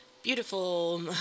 beautiful